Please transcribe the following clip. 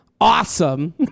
Awesome